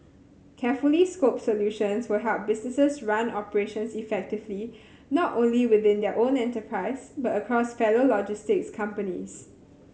carefully scoped solutions will help businesses run operations effectively not only within their own enterprise but across fellow logistics companies